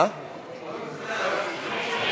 שמית?